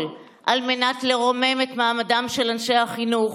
על מנת לרומם את מעמדם של אנשי החינוך.